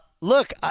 Look